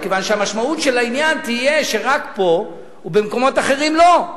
מכיוון שהמשמעות של העניין תהיה שרק פה ובמקומות אחרים לא.